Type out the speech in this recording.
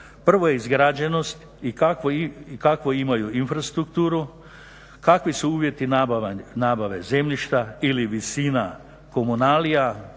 Prvo je izgrađenost i kakvu imaju infrastrukturu, kakvi su uvjeti nabave zemljišta ili visina komunalija,